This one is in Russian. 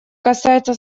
касается